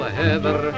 heather